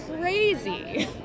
crazy